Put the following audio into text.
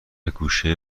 گوشه